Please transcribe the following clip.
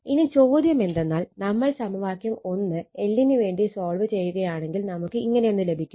ഇനി ചോദ്യമെന്തെന്നാൽ നമ്മൾ സമവാക്യം L നു വേണ്ടി സോൾവ് ചെയ്യുകയാണെങ്കിൽ നമുക്ക് ഇങ്ങനെയൊന്ന് ലഭിക്കും